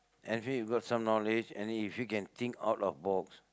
and if you got some knowledge and if you can think out of box